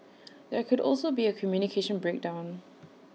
there could also be A communication breakdown